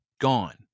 gone